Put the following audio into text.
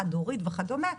חד-הורית וכדומה,